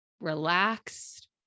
Relaxed